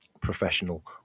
professional